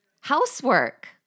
housework